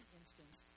instance